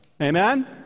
Amen